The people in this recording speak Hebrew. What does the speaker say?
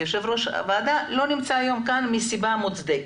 יושב-ראש הוועדה לא נמצא היום כאן מסיבה מוצדקת.